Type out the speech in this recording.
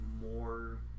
more